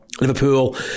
Liverpool